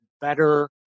better